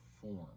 form